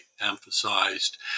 emphasized